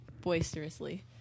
boisterously